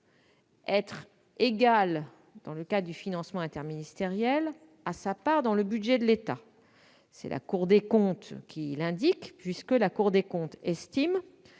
être égale dans le cadre du financement interministériel à sa part dans le budget de l'État. C'est la Cour des comptes qui l'indique, puisqu'elle estime